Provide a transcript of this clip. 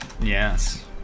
Yes